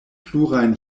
plurajn